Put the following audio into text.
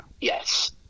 Yes